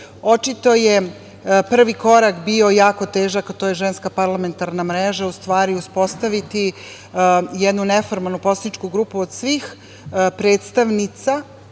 dalje. Očito je prvi korak bio jako težak, a to je Ženska parlamentarna mreža, u stvari uspostaviti jednu neformalnu poslaničku grupu od svih predstavnica